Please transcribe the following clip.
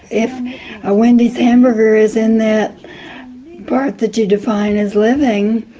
if a wendy's hamburger is in that part that you define as living,